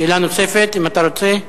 שאלה נוספת, אם אתה רוצה.